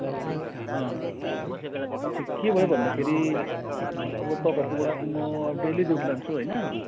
अच्छा के भयो भन्दाखेरि अब तपाईँहरूकोबाट म डेली दुध लान्छु होइन